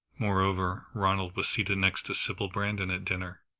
moreover, ronald was seated next to sybil brandon at dinner,